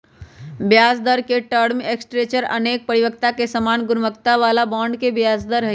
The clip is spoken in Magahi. ब्याजदर के टर्म स्ट्रक्चर अनेक परिपक्वता पर समान गुणवत्ता बला बॉन्ड के ब्याज दर हइ